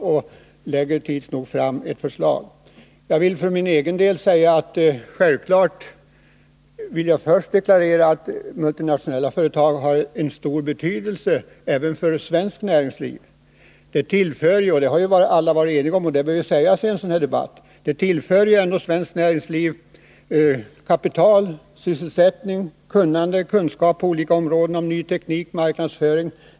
Tids nog läggs det fram ett förslag. Jag vill för egen del deklarera att multinationella företag har stor betydelse även för svenskt näringsliv. I en sådan här debatt bör det sägas ifrån att dessa företag ändå tillför — och det har vi ju varit eniga om — svenskt näringsliv kapital, sysselsättning och kunnande på olika områden, t.ex. beträffande teknik och marknadsföring.